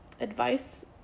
advice